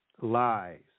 lies